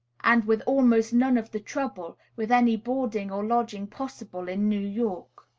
and with almost none of the trouble, with any boarding or lodging possible in new york.